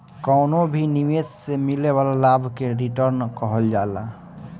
कवनो भी निवेश से मिले वाला लाभ के रिटर्न कहल जाला